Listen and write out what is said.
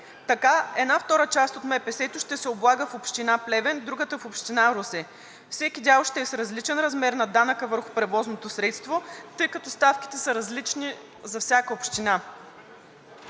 Така една втора част от МПС-то ще се облага в Община Плевен, другата – в Община Русе, всеки дял ще е с различен размер на данъка върху превозното средство, тъй като ставките са различни за всяка община.